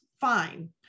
fine